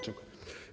Dziękuję.